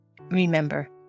Remember